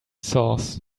sauce